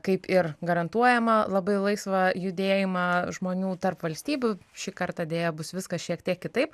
kaip ir garantuojamą labai laisvą judėjimą žmonių tarp valstybių šį kartą deja bus viskas šiek tiek kitaip